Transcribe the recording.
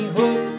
hope